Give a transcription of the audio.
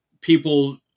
people